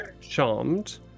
charmed